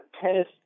tennis